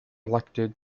elected